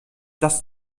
das